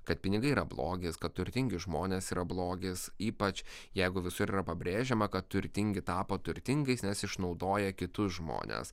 kad pinigai yra blogis kad turtingi žmonės yra blogis ypač jeigu visur yra pabrėžiama kad turtingi tapo turtingais nes išnaudoja kitus žmones